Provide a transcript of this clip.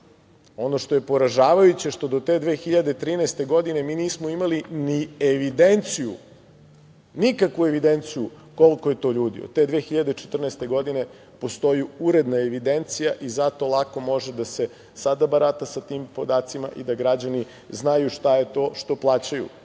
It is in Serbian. Ono što je poražavajuće, što do te 2013. godine mi nismo imali ni evidenciju, nikakvu evidenciju koliko je to ljudi. Od te 2014. godine postoji uredna evidencija i zato lako može da se sada barata sa tim podacima i da građani znaju šta je to što plaćaju.